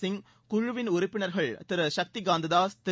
சிங் குழுவின் உறுப்பினர்கள் திரு சக்தி காந்ததாஸ் திரு